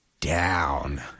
down